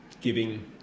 giving